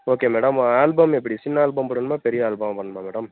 okay madam album எப்படி சின்ன album போடணுமா பெரிய ஆல்பமா பண்ணணுமா மேடம்